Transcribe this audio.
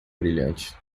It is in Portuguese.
brilhante